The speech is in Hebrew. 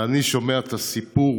ואני שומע את הסיפור